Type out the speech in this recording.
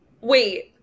Wait